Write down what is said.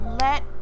let